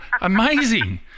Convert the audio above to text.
Amazing